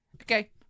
Okay